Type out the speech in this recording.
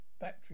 battery